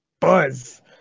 Buzz